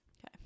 Okay